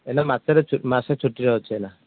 ଏଇନା ମାସେରେ ମାସେ ଛୁଟିରେ ଅଛି ଏଇନା